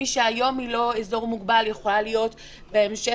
מי שהיום היא לא אזור מוגבל יכולה להיות בהמשך.